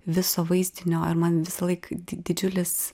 viso vaizdinio ar man visąlaik di didžiulis